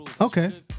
Okay